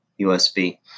USB